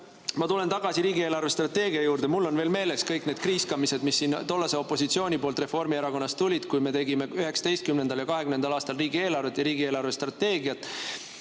tulen tagasi riigi eelarvestrateegia juurde. Mul on veel meeles kõik need kriiskamised, mis siin tollase opositsiooni poolt, Reformierakonnast tulid, kui me tegime 2019. ja 2020. aastal riigieelarvet ja riigi eelarvestrateegiat